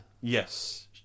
Yes